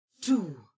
two